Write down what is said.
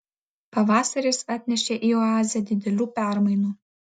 pavasaris atnešė į oazę didelių permainų